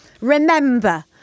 remember